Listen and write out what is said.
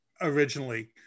originally